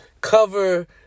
cover